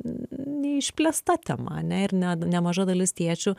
neišplėsta tema ane ir ne nemaža dalis tėčių